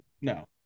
No